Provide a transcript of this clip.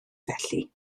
felly